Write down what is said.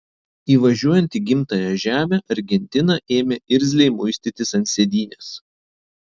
įvažiuojant į gimtąją žemę argentina ėmė irzliai muistytis ant sėdynės